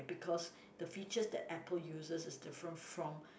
because the features that Apple uses is different from